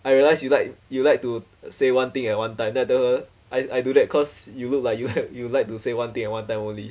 I realize you like you like to say one thing at one time then I told her I do that cause you look like you have you like to say one thing at one time only